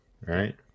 Right